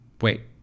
wait